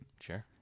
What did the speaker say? Sure